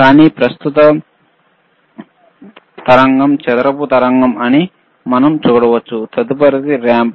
కానీ ప్రస్తుత తరంగం చదరపు తరంగం అని మనం చూడవచ్చు తదుపరిది రాంప్